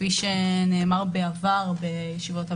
כפי שנאמר בעבר בישיבות הוועדה,